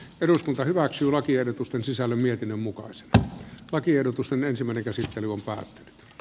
eduskunta hyväksyy lakiehdotusten sisällä mietinnön mukaan sitä lakiehdotus on yksimielinen